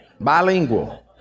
bilingual